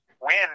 win